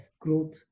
growth